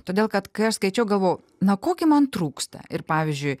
todėl kad kai aš skaičiau galvojau na ko gi man trūksta ir pavyzdžiui